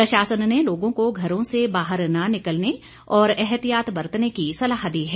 प्रशासन ने लोगों को घरों से बाहर न निकलने और एहतियात बरतने की सलाह दी है